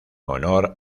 honor